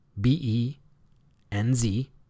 B-E-N-Z